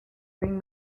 bring